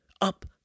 up